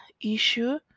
issue